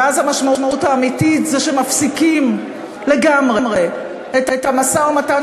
ואז המשמעות האמיתית זה שמפסיקים לגמרי את המשא-ומתן